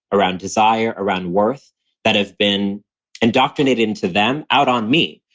around desire, around worth that have been indoctrinated into them out on me.